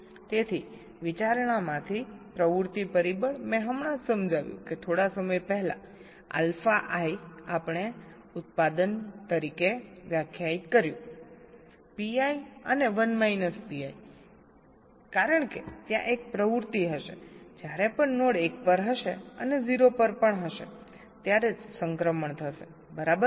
તેથી વિચારણામાંથી પ્રવૃત્તિ પરિબળ મેં હમણાં જ સમજાવ્યું કે થોડા સમય પહેલા આલ્ફા આઇ આપણે ઉત્પાદન તરીકે વ્યાખ્યાયિત કર્યું Pi અને 1 માઇનસ Pi કારણ કે ત્યાં એક પ્રવૃત્તિ હશે જ્યારે પણ નોડ 1 પર હશે અને 0 પર પણ હશે ત્યારે જ સંક્રમણ હશે બરાબર